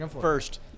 first